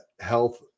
health